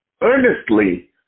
earnestly